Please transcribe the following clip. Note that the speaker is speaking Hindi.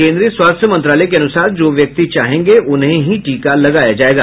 केंद्रीय स्वास्थ्य मंत्रालय के अनुसार जो व्यक्ति चाहेंगे उन्हें ही टीका लगाया जायेगा